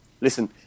listen